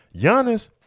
Giannis